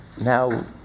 now